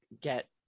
get